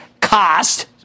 cost